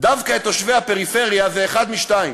דווקא את תושבי הפריפריה זה אחת משתיים: